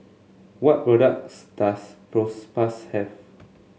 what products does Propass have